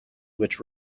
which